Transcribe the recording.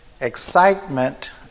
excitement